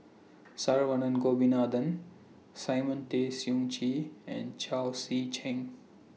Saravanan Gopinathan Simon Tay Seong Chee and Chao Tzee Cheng